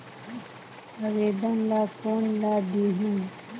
आवेदन ला कोन ला देहुं?